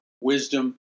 wisdom